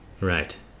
Right